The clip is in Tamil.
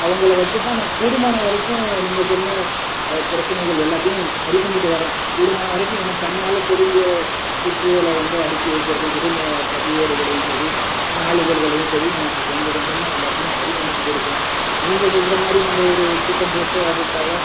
அவங்கள வச்சு தான் நான் கூடுமான வரைக்கும் நீங்கள் சொன்ன பிரச்சனைகள் எல்லாத்தையும் சரி பண்ணிட்டு வரேன் கூடுமான வரைக்கும் எனக்கு கண்ணால் தெரிஞ்ச புக்குகளை வந்து அடிக்கி வைக்கிறதும் சரி இந்த பதிவேடுகளையும் சரி நாள் இதழ்களையும் சரி நான் இப்போ கொஞ்சம் கொஞ்சமாக எல்லாத்தையும் சரி பண்ணிக்கிட்டு இருக்கேன் நீங்கள் சொல்கிற மாதிரி நம்ம ஒரு திட்டம் போட்டு அதுக்காக